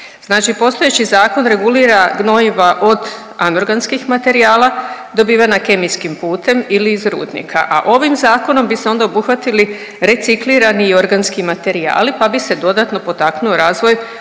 Znači postojeći zakon regulira gnojiva od anorganskih materijala dobivena kemijskim putem ili iz rudnika, a ovim zakonom bi se onda obuhvatili reciklirani i organski materijali, pa bi se dodatno potaknuo razvoj